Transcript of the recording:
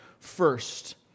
first